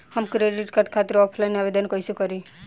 हम credit card खातिर offline आवेदन कइसे करि?